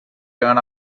turned